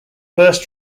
first